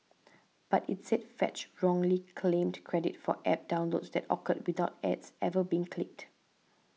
but it said Fetch wrongly claimed credit for App downloads that occurred without ads ever being clicked